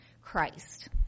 Christ